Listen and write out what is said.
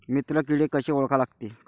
मित्र किडे कशे ओळखा लागते?